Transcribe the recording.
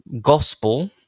gospel